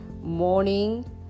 morning